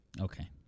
Okay